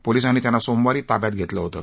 पोलिसांनी त्यांना सोमवारी ताब्यात घेतलं होतं